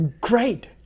Great